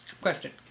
question